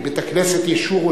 מבית-הכנסת "ישורון",